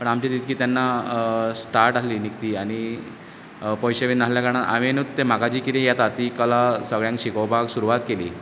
पूण आमची तितकी तेन्ना स्टार्ट आसली निकती पयशे बी नासल्या कारणान हांवेनूच तें म्हाका जी कितें येता ती कला सगळ्यांक शिकोवपाक सुरवात केली